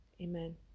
Amen